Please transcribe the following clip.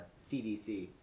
CDC